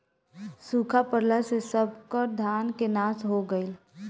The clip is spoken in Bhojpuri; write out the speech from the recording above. सुखा पड़ला से सबकर धान के नाश हो गईल